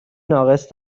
ناقص